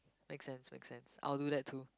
make sense make sense I'll do that to